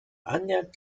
annähernd